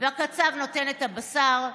הקצב נותן לה את הבשר".